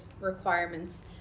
requirements